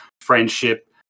friendship